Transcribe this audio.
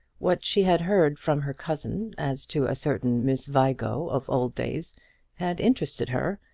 what she had heard from her cousin as to a certain miss vigo of old days had interested her,